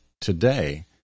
today